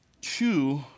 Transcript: Two